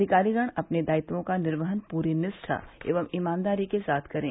अधिकारीगण अपने दायित्यों का निर्वहन पूरी निष्ठा एवं ईमानदारी के साथ करें